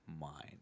mind